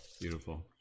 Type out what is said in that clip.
Beautiful